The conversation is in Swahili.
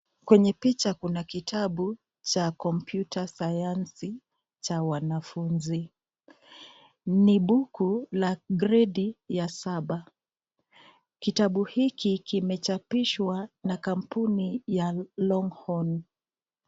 Kwenye picha kuna kitabu cha kompyuta sayansi cha wanafunzi. Ni buku la gredi ya saba. Kitabu hiki kimechapishwa na kampuni ya Longhorn .